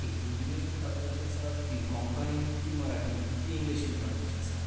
तीं हिंदीनूय काडपाचीं आसा तीं कोंकणींत तीं मराठींत तीं इंग्लिशींंत काडपाचीं आसात